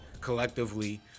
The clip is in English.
collectively